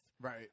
Right